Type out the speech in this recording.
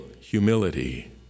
humility